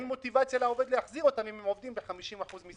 אם הם עובדים ב-50% משרה.